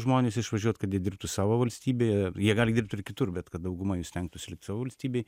žmonės išvažiuot kad jie dirbtų savo valstybėje jie gali dirbt ir kitur bet kad dauguma jų stengtųsi likt savo valstybėj